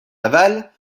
aval